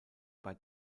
bei